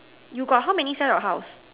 you got how many sell your house